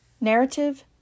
Narrative